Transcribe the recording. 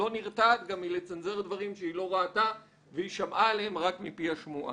לא נרתעת מלצנזר גם דברים שהיא לא ראתה והיא שמעה עליהם רק מפי השמועה.